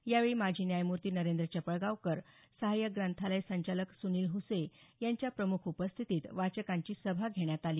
यावेळी माजी न्यायमूर्ती नरेंद्र चपळगावकर सहायक ग्रंथालय संचालक सूनील हुसे यांच्या प्रमुख उपस्थितीत वाचकांची सभा घेण्यात आली